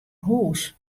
hûs